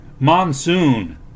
MONSOON